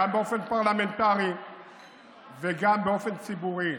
גם באופן פרלמנטרי וגם באופן ציבורי.